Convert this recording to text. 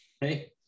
Hey